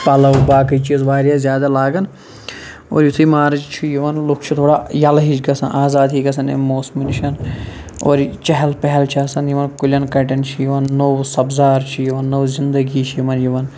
پَلَو باقٕے چیٖز واریاہ زیادٕ لاگان اور یُتھٕے مارچ چھُ یِوان لُکھ چھِ تھوڑا یَلہٕ ہِش گَژھان آزاد ہِی گَژھان امہِ موسمہٕ نِش اور چہل پہل چھِ آسان یِوان کُلٮ۪ن کَٹٮ۪ن چھُ یِوان نوٚو سَبزار چھُ یِوان نٔو زِندَگی چھِ یِمَن یِوان